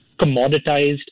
commoditized